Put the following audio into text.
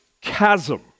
chasm